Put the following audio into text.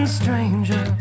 stranger